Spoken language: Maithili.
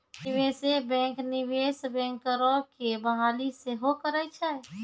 निवेशे बैंक, निवेश बैंकरो के बहाली सेहो करै छै